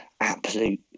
absolute